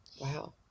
Wow